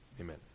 Amen